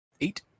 Eight